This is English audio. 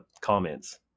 comments